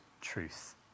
truth